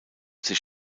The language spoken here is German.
sich